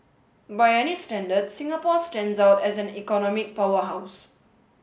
by any standard Singapore stands out as an economic powerhouse